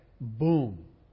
Boom